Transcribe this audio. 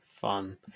Fun